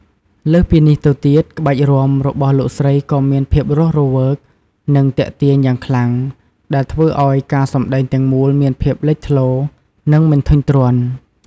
លើសពីនេះទៅទៀត ក្បាច់រាំ របស់លោកស្រីក៏មាន ភាពរស់រវើក និង ទាក់ទាញ យ៉ាងខ្លាំង ដែលធ្វើឲ្យការសម្ដែងទាំងមូលមានភាពលេចធ្លោ និងមិនធុញទ្រាន់។